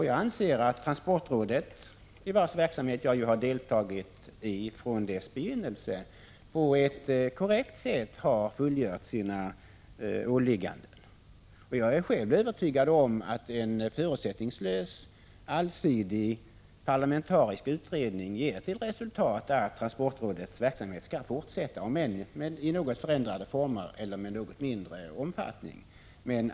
Jag anser att transportrådet, i vars verksamhet jag har deltagit från dess begynnelse, på ett korrekt sätt har fullgjort sina åligganden. Jag är själv säker på att en förutsättningslös, allsidig parlamentarisk utredning kommer att ge till resultat att transportrådets verksamhet skall fortsätta, om än i något förändrade former eller i något mindre omfattning.